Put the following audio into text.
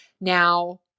Now